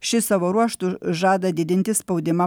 šis savo ruožtu žada didinti spaudimą